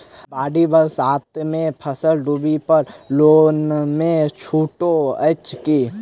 बाढ़ि बरसातमे फसल डुबला पर लोनमे छुटो अछि की